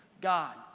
God